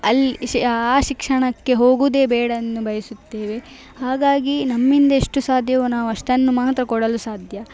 ಅಲ್ಲಿ ಶಿ ಆ ಶಿಕ್ಷಣಕ್ಕೆ ಹೋಗುವುದೇ ಬೇಡ ಎಂದು ಬಯಸುತ್ತೇವೆ ಹಾಗಾಗಿ ನಮ್ಮಿಂದ ಎಷ್ಟು ಸಾಧ್ಯವೋ ನಾವು ಅಷ್ಟನ್ನು ಮಾತ್ರ ಕೊಡಲು ಸಾಧ್ಯ